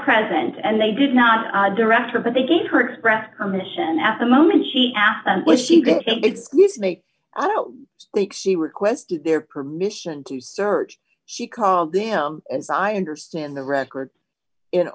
present and they did not direct her but they gave her express permission at the moment she asked was she going to make i don't think she requested their permission to search she called them as i understand the records in